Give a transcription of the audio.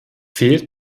fehlt